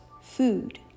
food